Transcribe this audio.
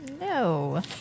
No